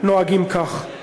נוהגים כך.